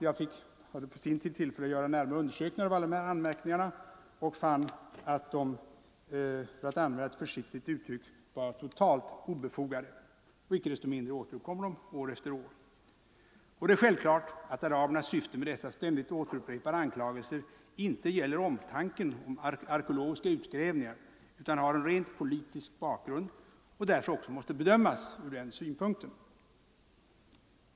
Jag hade på sin tid tillfälle att göra närmare undersökningar av alla dessa anmärkningar och fann att de för att använda ett försiktigt uttryck var totalt obefogade. Inte desto mindre återkom de år efter år. Det är självklart att arabernas syfte med dessa ständigt upprepade anklagelser inte gäller omtanken om arkeologiska utgrävningar, utan de har en rent politisk bakgrund och måste därtör också bedömas från den synpunkten.